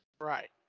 Right